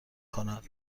کند